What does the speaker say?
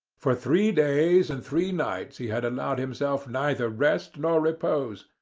for three days and three nights he had allowed himself neither rest nor repose.